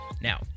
Now